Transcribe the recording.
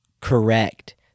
correct